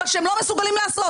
מה שהם לא מסוגלים לעשות.